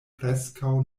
preskaŭ